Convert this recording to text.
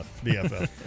BFF